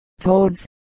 toads